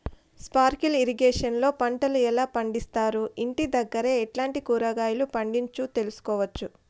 Sprinkle irrigation లో పంటలు ఎలా పండిస్తారు, ఇంటి దగ్గరే ఎట్లాంటి కూరగాయలు పండించు తెలుసుకోవచ్చు?